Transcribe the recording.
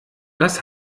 das